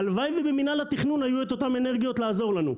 הלוואי שבמינהל התכנון היו אותן אנרגיות לעזור לנו.